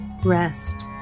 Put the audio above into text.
Rest